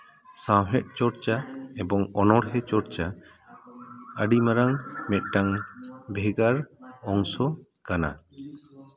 ᱥᱟᱶᱦᱮᱫ ᱪᱚᱨᱪᱟ ᱮᱵᱚᱝ ᱚᱱᱚᱲᱦᱮᱸ ᱪᱚᱨᱪᱟ ᱟᱹᱰᱤ ᱢᱟᱨᱟᱝ ᱢᱤᱫᱴᱟᱱ ᱵᱷᱮᱜᱟᱨ ᱚᱝᱥᱚ ᱠᱟᱱᱟ